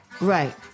Right